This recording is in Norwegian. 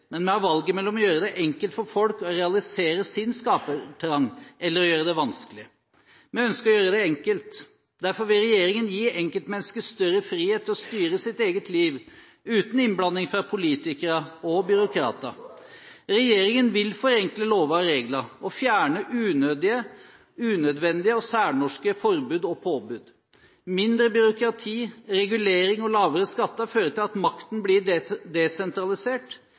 men vi har valget mellom å gjøre det enkelt for folk å realisere sin skapertrang, eller å gjøre det vanskelig. Vi ønsker å gjøre det enkelt. Derfor vil regjeringen gi enkeltmennesket større frihet til å styre sitt eget liv uten innblanding fra politikere og byråkrater. Regjeringen vil forenkle lover og regler og fjerne unødvendige og særnorske forbud og påbud. Mindre byråkrati, regulering og lavere skatter fører til at makten blir desentralisert.